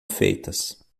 feitas